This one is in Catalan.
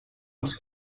els